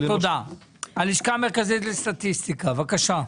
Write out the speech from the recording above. הלשכה המרכזית לסטטיסטיקה, בבקשה.